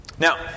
Now